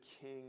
king